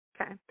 okay